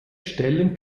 stellen